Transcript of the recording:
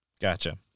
Gotcha